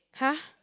!huh!